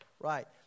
Right